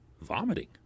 vomiting